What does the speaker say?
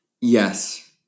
Yes